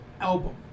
album